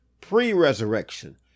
pre-resurrection